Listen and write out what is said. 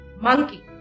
Monkey